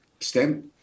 stem